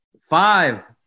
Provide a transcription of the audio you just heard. five